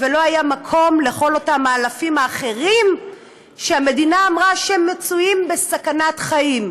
ולא היה מקום לכל אותם האלפים האחרים שהמדינה אמרה שמצויים בסכנת חיים.